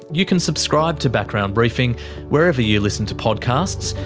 you can subscribe to background briefing wherever you listen to podcasts,